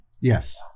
Yes